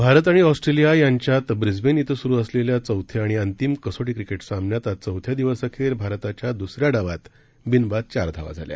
भारत आणि ऑस्ट्रेलिया यांच्या ब्रिस्बेन क्विं स्रु असलेल्या चौथ्या आणि अंतिम कसोटी क्रिकेट सामन्यात आज चौथ्या दिवस अखेर भारताच्या दुसऱ्या डावात बिनबाद चार धावा झाल्या